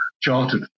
chartered